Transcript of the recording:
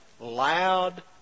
loud